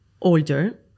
older